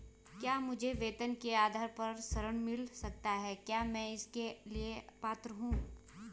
क्या मुझे वेतन के आधार पर ऋण मिल सकता है क्या मैं इसके लिए पात्र हूँ?